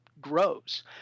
grows